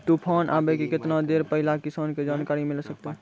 तूफान आबय के केतना देर पहिले किसान के जानकारी मिले सकते?